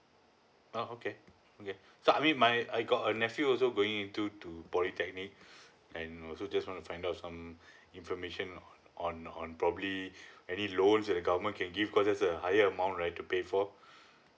oh okay okay so I mean my I I got a nephew also going into to polytechnic and also just want to find out also some information on on probably any loans that the government can give cause that's a higher amount right to pay for